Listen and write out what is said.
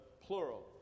plural